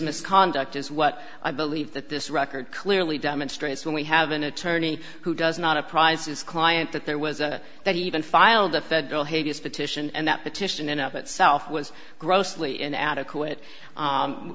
misconduct is what i believe that this record clearly demonstrates when we have an attorney who does not apprised his client that there was a that he even filed a federal hate his petition and that petition in up itself was grossly inadequate